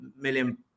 million